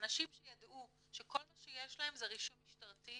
אנשים שידעו שכל מה שיש להם זה רישום משטרתי,